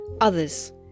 Others